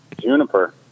Juniper